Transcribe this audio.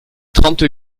trente